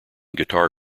guitar